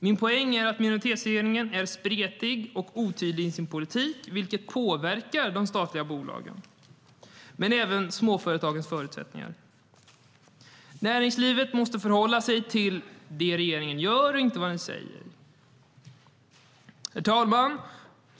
Min poäng är att minoritetsregeringen är spretig och otydlig i sin politik, vilket påverkar de statliga bolagens men även småföretagens förutsättningar. Näringslivet måste förhålla sig till det regeringen gör och inte till vad den säger. Herr talman!